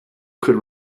could